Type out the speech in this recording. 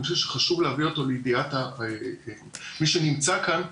שאני חושב שחשוב להביא אותו לידיעת מי שנמצא כאן,